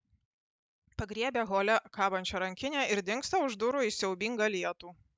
pagriebia hole kabančią rankinę ir dingsta už durų į siaubingą lietų